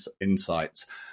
insights